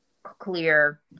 clear